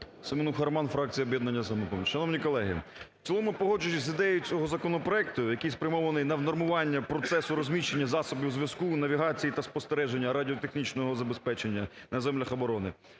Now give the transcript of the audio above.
Семенуха Роман, фракція "Об'єднання "Самопоміч". Шановні колеги, в цілому погоджуюсь з ідеєю цього законопроекту, який спрямований на внормування процесів розміщення засобів зв’язку у навігації та спостереження радіотехнічного забезпечення на землях оборони.